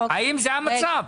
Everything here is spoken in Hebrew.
האם זה המצב?